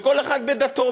וכל אחד בדתו,